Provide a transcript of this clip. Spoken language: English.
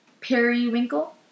periwinkle